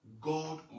God